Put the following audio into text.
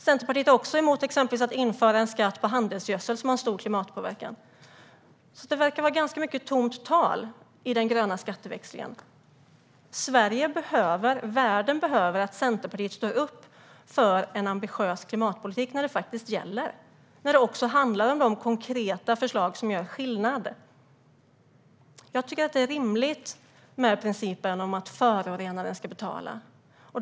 Centerpartiet är också emot att man inför en skatt på handelsgödsel, som har en stor klimatpåverkan. Det verkar vara ganska mycket tomt tal i fråga om den gröna skatteväxlingen. Sverige och världen behöver att Centerpartiet står upp för en ambitiös klimatpolitik när det faktiskt gäller och när det handlar om de konkreta förslag som gör skillnad. Jag tycker att det är rimligt med principen att förorenaren ska betala.